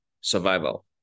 survival